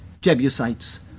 Jebusites